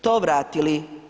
To vratili.